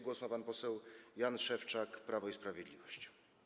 Głos ma pan poseł Jan Szewczak, Prawo i Sprawiedliwość.